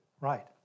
Right